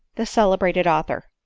the celebrated author.